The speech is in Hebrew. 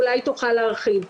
אולי היא תוכל להרחיב.